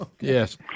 yes